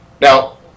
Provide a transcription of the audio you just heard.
Now